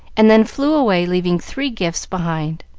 and then flew away, leaving three gifts behind.